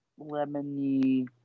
lemony